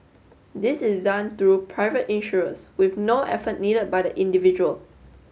this is done through the private insurers with no effort needed by the individual